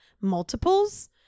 multiples